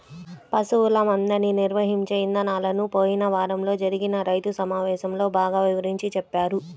పశువుల మందని నిర్వహించే ఇదానాలను పోయిన వారంలో జరిగిన రైతు సమావేశంలో బాగా వివరించి చెప్పారు